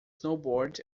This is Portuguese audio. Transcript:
snowboard